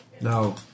No